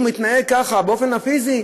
איך שהוא מתנהג באופן פיזי,